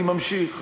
אני ממשיך.